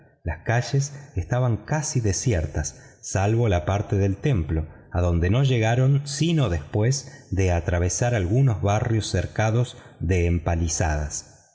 las calles estaban casi desiertas salvo la parte del templo adonde no llegaron sino después de atravesar algunos barrios cercados de empalizadas